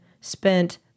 spent